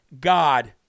God